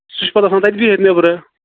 سُہ چھُ پَتہٕ آسان تَتہِ بِہِتھ نیٚبرٕ